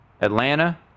Atlanta